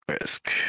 risk